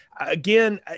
Again